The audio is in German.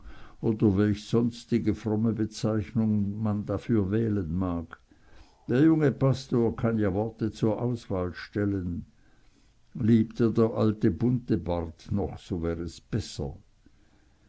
oder welch sonstige fromme bezeichnung man dafür wählen mag der junge pastor kann ja worte zur auswahl stellen lebte der alte buntebart noch so wär es besser